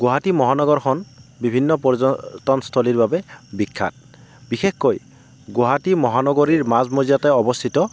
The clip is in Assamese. গুৱাহাটী মহানগৰখন বিভিন্ন পৰ্যটনস্থলীৰ বাবে বিখ্যাত বিশেষকৈ গুৱাহাটী মহানগৰীৰ মাজমজিয়াতে অৱস্থিত